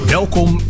Welkom